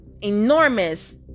enormous